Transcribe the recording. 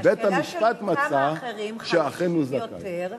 כי בית-המשפט מצא שאכן הוא זכאי.